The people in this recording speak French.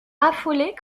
affolée